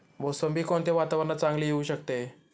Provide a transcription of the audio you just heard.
मोसंबी कोणत्या वातावरणात चांगली येऊ शकते?